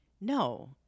no